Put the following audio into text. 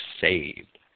saved